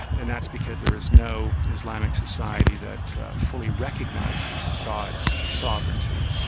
and that's because there is no islamic society that fully recognises god's sovereignty.